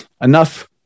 Enough